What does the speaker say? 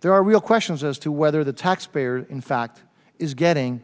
there are real questions as to whether the taxpayer in fact is getting